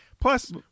Plus